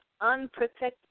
unprotected